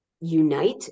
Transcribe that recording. unite